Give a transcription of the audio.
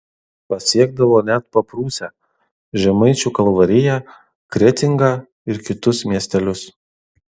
pasiekdavo net paprūsę žemaičių kalvariją kretingą ir kitus miestelius